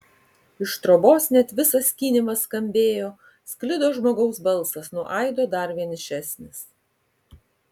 iš trobos net visas skynimas skambėjo sklido žmogaus balsas nuo aido dar vienišesnis